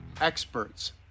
experts